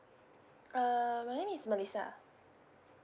err my name is melissa